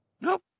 Nope